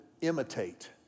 imitate